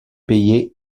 payée